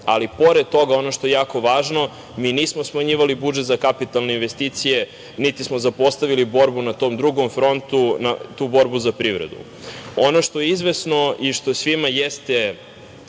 Pored toga, ono što je jako važno, nismo smanjivali budžet za kapitalne investicije, niti smo zapostavili borbu na tom drugom frontu, tu borbu za privredu. Ono što je izvesno i što svima jeste